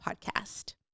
podcast